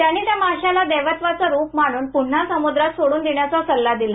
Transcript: त्यांनी त्या माश्याला देवत्वाचं रूप मानून पुन्हा समुद्रात सोडून देण्याचा सल्ला दिला